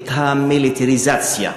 את המיליטריזציה,